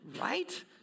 right